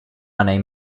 anell